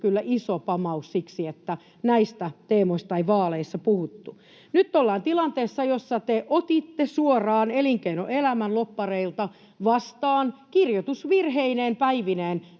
iso pamaus siksi, että näistä teemoista ei vaaleissa puhuttu. Nyt ollaan tilanteessa, jossa te otitte suoraan elinkeinoelämän lobbareilta vastaan kirjoitusvirheineen päivineen